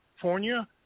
California